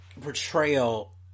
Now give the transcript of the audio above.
Portrayal